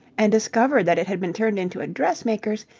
and discovered that it had been turned into a dressmaker's,